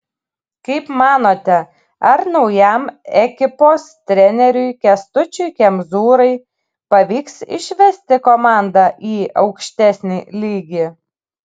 kaip manote ar naujam ekipos treneriui kęstučiui kemzūrai pavyks išvesti komandą į aukštesnį lygį